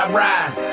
ride